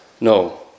No